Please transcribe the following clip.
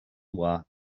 mhaith